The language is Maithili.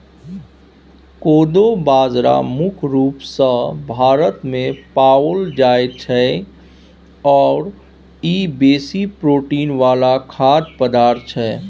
कोदो बाजरा मुख्य रूप सँ भारतमे पाओल जाइत छै आओर ई बेसी प्रोटीन वला खाद्य पदार्थ छै